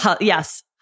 yes